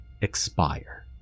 expire